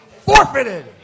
forfeited